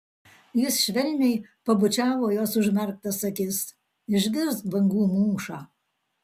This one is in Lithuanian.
jis švelniai pabučiavo jos užmerktas akis išgirsk bangų mūšą